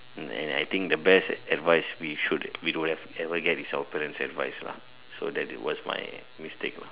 and and I think the best advice we should we could ever get is our parent's advices lah so that was my mistake ah